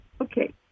okay